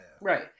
right